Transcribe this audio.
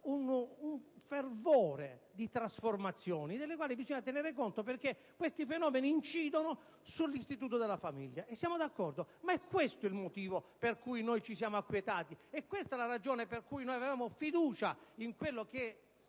un fervore di trasformazioni delle quali bisogna tener conto perché questi fenomeni incidono sull'istituto della famiglia. Siamo d'accordo, ma è questo il motivo per cui ci siamo acquietati, questa la ragione per cui avevamo fiducia in quella che, se